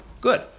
good